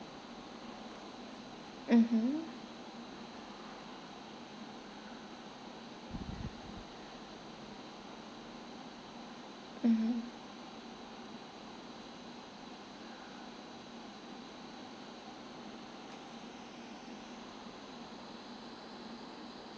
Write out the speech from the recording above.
mmhmm mmhmm